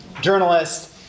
journalist